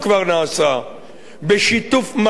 בשיתוף מלא עם התושבים.